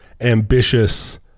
ambitious